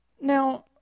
Now